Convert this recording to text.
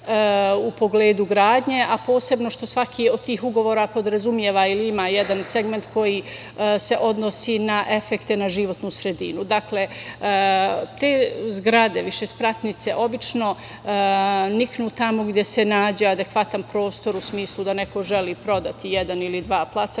u pogledu gradnje, a posebno što svaki od tih ugovora podrazumeva ili ima jedan segment koji se odnosi na efekte na životnu sredinu. Te zgrade, višespratnice obično niknu tamo gde se nađe adekvatan prostor, u smislu da neko želi prodati jedan ili dva placa,